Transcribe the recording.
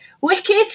wicked